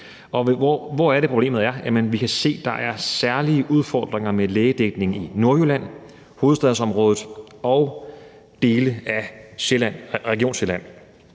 hvor er det, problemet er? Jamen vi kan se, at der er særlige udfordringer med lægedækning i Nordjylland, Hovedstadsområdet og dele af Region Sjælland.